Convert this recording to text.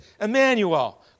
Emmanuel